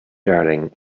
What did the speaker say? darling